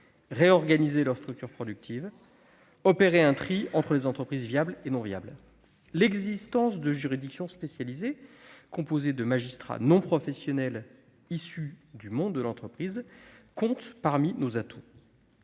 réorganiser leur structure productive et opérer un tri entre les entreprises viables et non viables. L'existence de juridictions spécialisées, composées de magistrats non professionnels issus du monde de l'entreprise, compte parmi nos atouts.